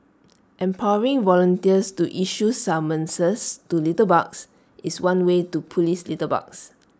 empowering volunteers to issue summonses to litterbugs is one way to Police litterbugs